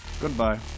Goodbye